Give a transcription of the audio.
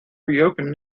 reopen